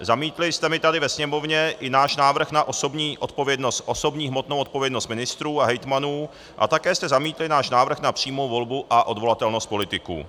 Zamítli jste mi tady ve Sněmovně i náš návrh na osobní hmotnou odpovědnost ministrů a hejtmanů a také jste zamítli náš návrh na přímou volbu a odvolatelnost politiků.